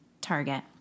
Target